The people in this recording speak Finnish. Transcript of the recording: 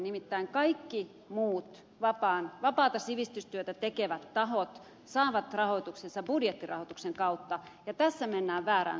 nimittäin kaikki muut vapaata sivistystyötä tekevät tahot saavat rahoituksensa budjettirahoituksen kautta ja tässä mennään väärään suuntaan